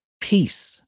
Peace